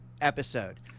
episode